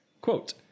Quote